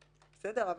בסדר,